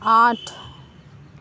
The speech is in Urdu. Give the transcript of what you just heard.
آٹھ